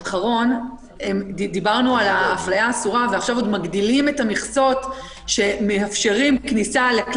הקנס יהיה 5,000. עכשיו קבענו שהקנס הקבוע של 5,000 יהיה גם